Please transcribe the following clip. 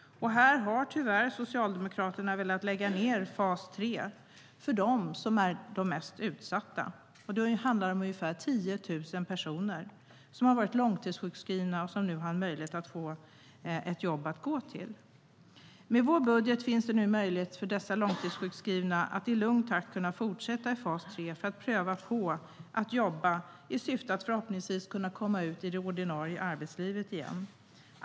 Socialdemokraterna har tyvärr velat lägga ned fas 3 för dem som är mest utsatta. Det handlar om ungefär 10 000 personer som har varit långtidssjukskrivna och som nu har en möjlighet att få ett jobb att gå till. Med vår budget finns det nu möjlighet för dessa långtidssjukskrivna att i lugn takt kunna fortsätta i fas 3 för att prova på att jobba i syfte att förhoppningsvis kunna komma ut i det ordinarie arbetslivet igen.